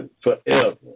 forever